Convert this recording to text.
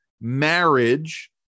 marriage